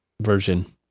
version